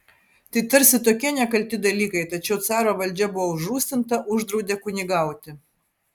tai tarsi tokie nekalti dalykai tačiau caro valdžia buvo užrūstinta uždraudė kunigauti